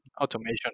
Automation